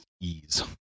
ease